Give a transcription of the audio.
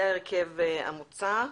זה ההרכב המוצע.